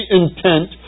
intent